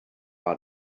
out